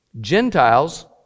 Gentiles